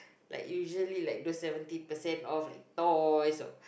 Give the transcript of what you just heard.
like usually like those seventy percent off like toys all